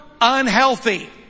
unhealthy